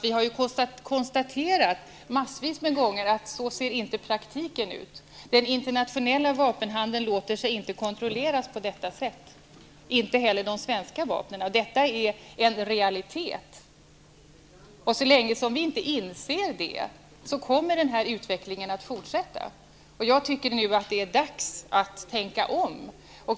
Vi har konstaterat massvis med gånger att det inte ser ut så i praktiken. Den internationella vapenhandeln låter sig inte kontrolleras på detta sätt. Inte heller de svenska vapnen kan kontrolleras så. Detta är en realitet. Så länge vi inte inser det, kommer den här utvecklingen att fortsätta. Jag tycker nu att det är dags att tänka om.